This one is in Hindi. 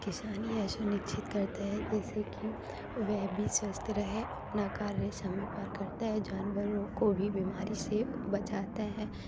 किसान यह सुनिश्चित करते हैं जैसे की वह भी स्वस्थ रहे अपना कार्य समय पर करता है जानवरों को भी बीमारी से बचाता है